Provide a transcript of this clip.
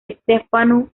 stefano